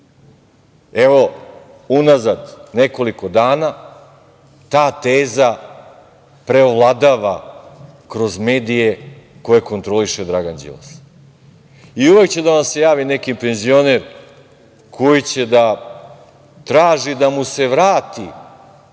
unazad nekoliko dana, ta teza preovladava kroz medije koje kontroliše Dragan Đilas. Uvek će da vam se javi neki penzioner koji će traži da mu se vrati